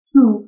Two